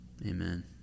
Amen